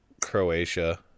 Croatia